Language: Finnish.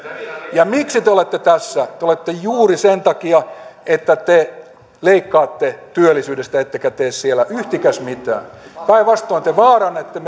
ja miksi te olette tässä te olette juuri sen takia että te leikkaatte työllisyydestä ettekä tee siellä yhtikäs mitään päinvastoin te vaarannatte